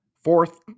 Fourth